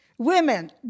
Women